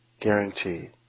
guaranteed